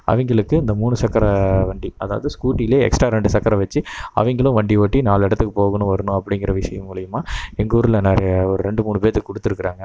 அவங்களுக்கு இந்த மூணு சக்கர வண்டி அதாவது ஸ்கூட்டியில் எக்ஸ்ட்ரா ரெண்டு சக்கரம் வச்சு அவங்களும் வண்டி ஓட்டி நாலு இடத்துக்கு போகணும் வரணும் அப்படிங்கிற விஷயம் மூலயமா எங்கள் ஊரில் நிறையா ஒரு ரெண்டு மூணு பேர்த்துக்கு கொடுத்துருக்காங்க